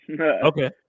Okay